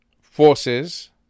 forces